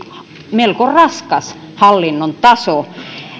melko raskas hallinnon taso